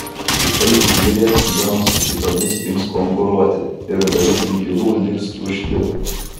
kitaip zylės vienos su kitomis ims konkuruoti ir dalis inkilų liks tušti